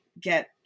get